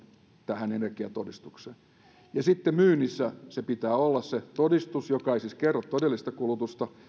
tähän energiatodistukseen pannaan rankaisukerroin sitten myynnissä pitää olla se todistus joka ei siis kerro todellista kulutusta